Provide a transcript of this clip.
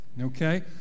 Okay